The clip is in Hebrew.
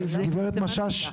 גב' משש?